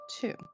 two